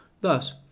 Thus